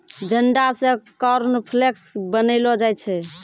जंडा से कॉर्नफ्लेक्स बनैलो जाय छै